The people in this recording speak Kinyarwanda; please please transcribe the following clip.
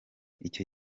icyo